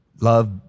love